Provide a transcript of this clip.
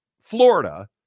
Florida